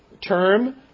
term